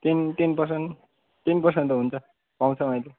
ten ten percent ten percent त हुन्छ पाउँछ मैले